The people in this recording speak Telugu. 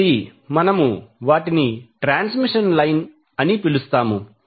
కాబట్టి మనము వాటిని ట్రాన్స్మిషన్ లైన్ గా పిలుస్తాము